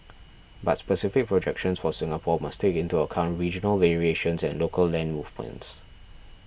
but specific projections for Singapore must take into account regional variations and local land movements